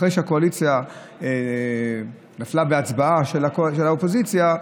אחרי שהקואליציה נפלה בהצבעה של האופוזיציה,